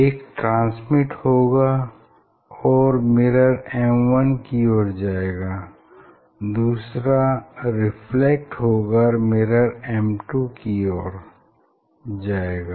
एक ट्रांसमिट होगा और मिरर M1 की ओर जाएगा और दूसरा रिफ्लेक्ट होकर मिरर M2 की ओर जाएगा